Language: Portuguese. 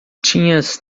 tinhas